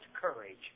courage